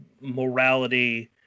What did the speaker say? morality